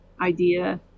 idea